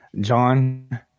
John